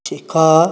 ଶିଖ